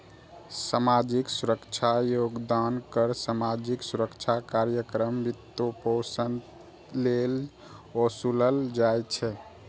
सामाजिक सुरक्षा योगदान कर सामाजिक सुरक्षा कार्यक्रमक वित्तपोषण लेल ओसूलल जाइ छै